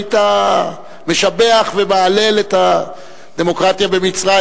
היית משבח ומהלל את הדמוקרטיה במצרים.